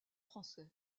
français